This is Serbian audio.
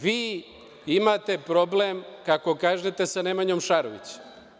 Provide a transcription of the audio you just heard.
Vi imate problem, kako kažete, sa Nemanjom Šarovićem.